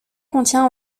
contient